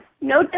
No